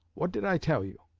what did i tell you?